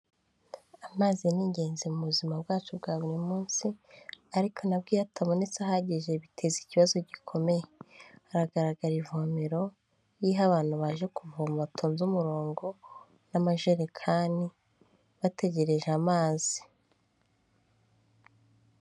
Amazi ni ingenzi mu buzima bwacu bwa buri munsi; ariko na bwo iyo atabonetse ahagije biteza ikibazo gikomeye. Hagaragara ivomero ririho abantu baje kuvoma batonze umurongo n'amajerekani; bategereje amazi.